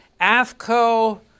AFCO